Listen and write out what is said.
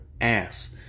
ass